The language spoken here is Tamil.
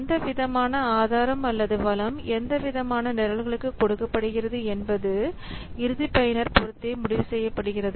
எந்தவிதமான ஆதாரம் அல்லது வளம் எந்த விதமான நிரல்களுக்கு கொடுக்கப்படுகிறது என்பது இறுதிப் பயனர் பொறுத்தே முடிவு செய்யப்படுகிறது